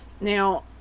now